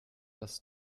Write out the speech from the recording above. das